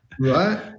Right